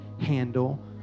handle